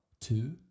two